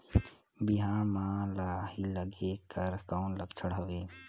बिहान म लाही लगेक कर कौन लक्षण हवे?